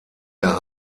der